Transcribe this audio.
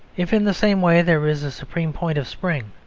in the same way there is a supreme point of spring,